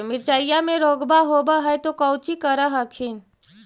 मिर्चया मे रोग्बा होब है तो कौची कर हखिन?